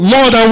Lord